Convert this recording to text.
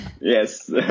Yes